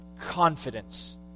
confidence